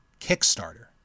Kickstarter